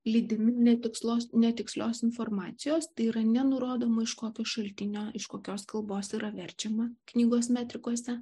lydimi netikslus netikslios informacijos tai yra nenurodoma iš kokio šaltinio iš kokios kalbos yra verčiama knygos metrikose